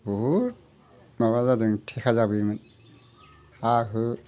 बहुद माबा जादों थेखा जाबायमोन हा हु